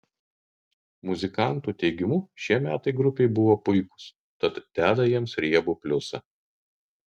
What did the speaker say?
muzikantų teigimu šie metai grupei buvo puikūs tad deda jiems riebų pliusą